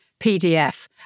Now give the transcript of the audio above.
PDF